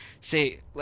Say